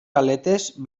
aletes